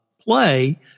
play